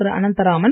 Thiru Anantharaman